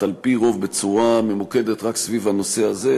על-פי רוב בצורה ממוקדת רק סביב הנושא הזה,